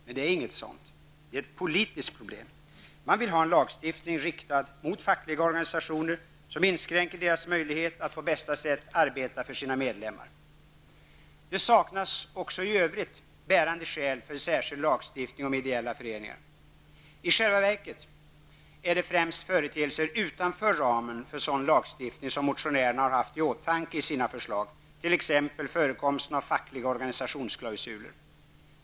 Men det är inget sådant, utan det är ett politiskt problem -- man vill ha en lagstiftning riktad mot fackliga organisationer, som inskränker deras möjlighet att på bästa sätt arbeta för sina medlemmar. Det saknas också i övrigt bärande skäl för särskild lagstiftning om ideella föreningar. I själva verket är det främst företeelser utanför ramen för sådan lagstiftning som motionärerna har haft i åtanke i sina förslag, t.ex. förekomsten av fackliga organisationsklausuler.